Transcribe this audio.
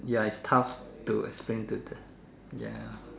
ya is tough to explain to the ya